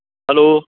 hello